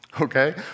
Okay